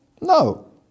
no